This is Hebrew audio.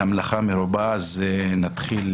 נתחיל